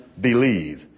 believe